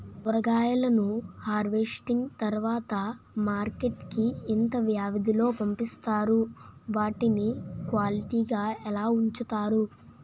కూరగాయలను హార్వెస్టింగ్ తర్వాత మార్కెట్ కి ఇంత వ్యవది లొ పంపిస్తారు? వాటిని క్వాలిటీ గా ఎలా వుంచుతారు?